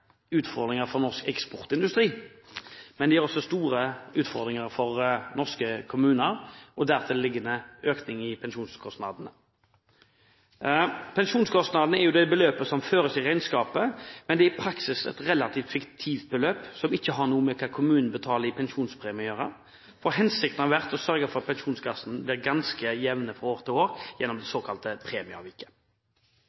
utfordringer for norsk eksportindustri, men også store utfordringer for norske kommuner – og dertil en økning i pensjonskostnadene. Pensjonskostnad er det beløpet som føres i regnskapet, men det er i praksis et relativt fiktivt beløp som ikke har noe med hva kommunen betaler i pensjonspremie å gjøre. Hensikten har vært å sørge for at pensjonskostnadene blir ganske jevne fra år til år, gjennom det